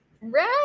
red